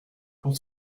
pour